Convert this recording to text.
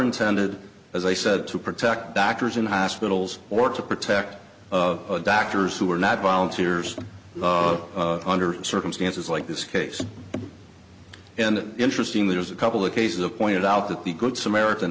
intended as i said to protect doctors in hospitals or to protect of doctors who are not volunteers under circumstances like this case and interesting there's a couple of cases of pointed out that the good samaritan